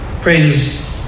Friends